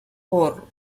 por